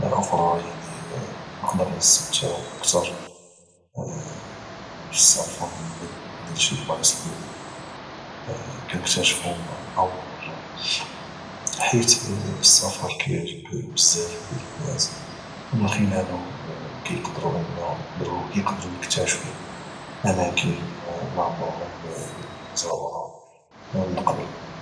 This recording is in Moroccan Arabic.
اخرى يعني نقدر نستمتع اكثر من السفر ملي نكون غادي لشي بلايص اللي هما كانكتشفهم اول مره حيت السفر كيعجب بزاف ديال الناس ومن خلالو الناس كيقدرو يكتاشفو اماكن معمرهم زاروها من قبل